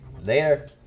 Later